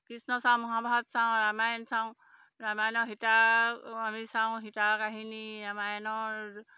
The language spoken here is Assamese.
কৃষ্ণ চাওঁ মহাভাৰত চাওঁ ৰামায়ণ চাওঁ ৰামায়ণৰ সীতা আমি চাওঁ সীতা কাহিনী ৰামায়ণৰ